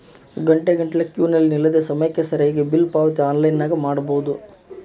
ಘಂಟೆಗಟ್ಟಲೆ ಕ್ಯೂನಗ ನಿಲ್ಲದೆ ಸಮಯಕ್ಕೆ ಸರಿಗಿ ಬಿಲ್ ಪಾವತಿ ಆನ್ಲೈನ್ನಾಗ ಮಾಡಬೊದು